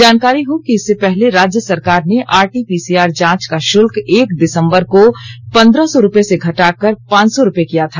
जानकारी हो कि इससे पहले राज्य सरकार ने आरटीपीसीआर जांच का शुल्क एक दिसंबर को पन्द्रह सौ रूपये से घटाकर पांच सौ रूपये किया था